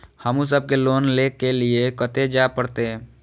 हमू सब के लोन ले के लीऐ कते जा परतें?